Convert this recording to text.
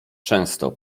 często